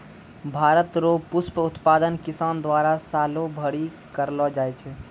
भारत रो पुष्प उत्पादन किसान द्वारा सालो भरी करलो जाय छै